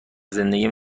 زندگیم